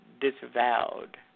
disavowed